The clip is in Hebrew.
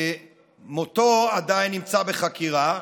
מותו עדיין נמצא בחקירה,